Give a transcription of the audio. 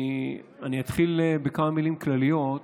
אני אתחיל בכמה מילים כלליות,